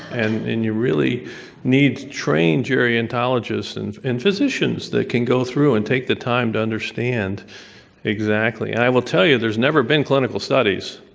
and and you really need to train gerontologists and and physicians that can go through and take the time to understand exactly. and i will tell you there's never been clinical studies